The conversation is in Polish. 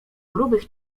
grubych